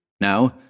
Now